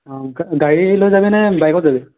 অ গাড়ী লৈ যাবিনে বাইকত যাবি